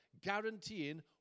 guaranteeing